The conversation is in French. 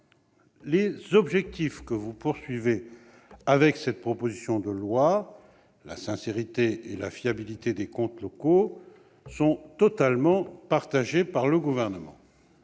Les objectifs visés avec cette proposition de loi, c'est-à-dire la sincérité et la fiabilité des comptes locaux, sont totalement partagés par le Gouvernement.